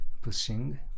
Pushing